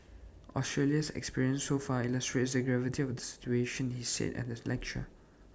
Australia's experience so far illustrates the gravity of the situation he said at the lecture